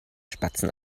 spatzen